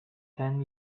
ten